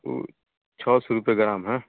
उ छः सौ रुपये ग्राम है